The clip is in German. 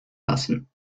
lassen